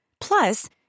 Plus